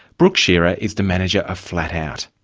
brooke shearer is the manager of flatout,